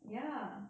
ya